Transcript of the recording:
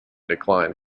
decline